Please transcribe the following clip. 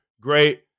Great